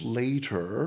later